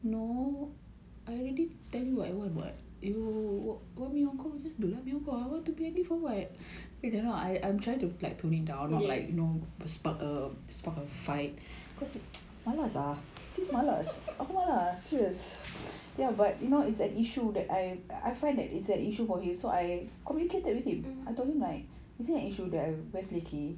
okay mm